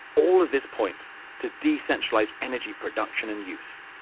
all this points to decentralised energy production and use.